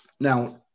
Now